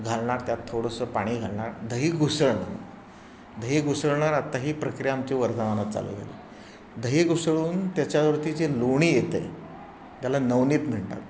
घालणार त्यात थोडंसं पाणी घालणार दही घुसळणार दही घुसळणार आत्ताही प्रक्रिया आमची वर्तमानात चालू केली दही घुसळून त्याच्यावरती जे लोणी येत आहे त्याला नवनीत म्हणतात